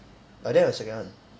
I don't have a second one